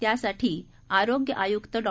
त्यासाठी आरोग्य आयुक्त डॉ